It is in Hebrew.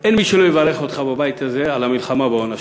אין בבית הזה מי שלא יברך אותך על המלחמה בהון השחור.